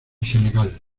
senegal